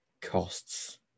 costs